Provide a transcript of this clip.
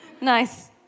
Nice